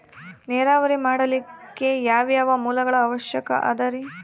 ನೇರಾವರಿ ಮಾಡಲಿಕ್ಕೆ ಯಾವ್ಯಾವ ಮೂಲಗಳ ಅವಶ್ಯಕ ಅದರಿ?